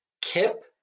Kip